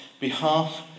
behalf